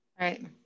Right